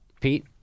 Pete